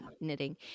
knitting